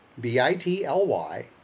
B-I-T-L-Y